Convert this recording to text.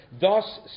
Thus